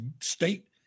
state